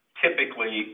typically